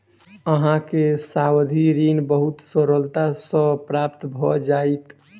अहाँ के सावधि ऋण बहुत सरलता सॅ प्राप्त भ जाइत